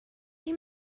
you